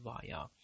via